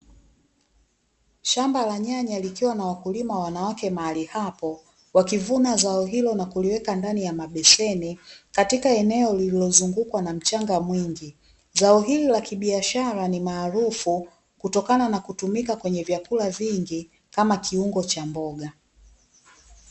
Shamba la nyanya likiwa na wakulima wanawake mahali hapo, wakivuna zao hilo na kuliweka ndani ya mabeseni katika eneo lililozungukwa na mchanga mwingi, zao hili la kibiashara ni maarufu kutokana na kutumika kwenye vyakula vingi kama kiungo cha mboga.